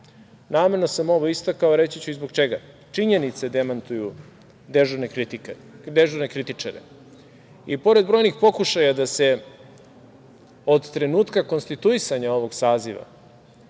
Namerno sam ovo istakao, reći ću i zbog čega. Činjenice demantuju dežurne kritičare. I pored brojnih pokušaja da se od trenutka konstituisanja ovog saziva